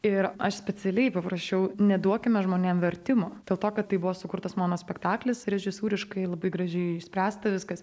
ir aš specialiai paprašiau neduokime žmonėm vertimo dėl to kad tai buvo sukurtas monospektaklis režisūriškai labai gražiai išspręsta viskas